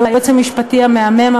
ליועץ המשפטי המהמם,